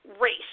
race